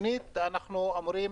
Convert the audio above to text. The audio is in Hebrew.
שנית, אנחנו אמורים